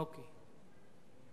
אוקיי.